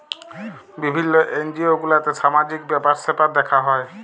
বিভিল্য এনজিও গুলাতে সামাজিক ব্যাপার স্যাপার দ্যেখা হ্যয়